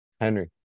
Henry